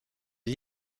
les